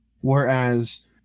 Whereas